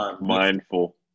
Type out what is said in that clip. mindful